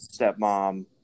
stepmom